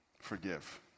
Forgive